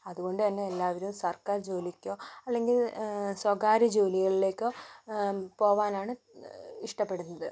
അതുകൊണ്ടുതന്നെ എല്ലാവരും സർക്കാർ ജോലിക്കോ അല്ലെങ്കിൽ സ്വകാര്യ ജോലികളിലേക്കോ പോവാനാണ് ഇഷ്ടപ്പെടുന്നത്